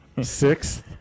six